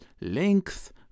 length